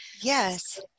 Yes